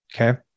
Okay